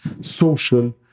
social